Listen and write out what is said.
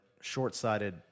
short-sighted